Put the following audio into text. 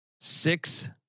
Six